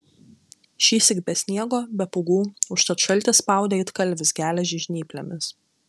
šįsyk be sniego be pūgų užtat šaltis spaudė it kalvis geležį žnyplėmis